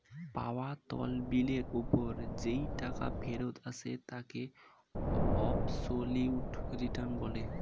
পাওয়া তহবিলের ওপর যেই টাকা ফেরত আসে তাকে অ্যাবসোলিউট রিটার্ন বলে